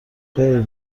خیر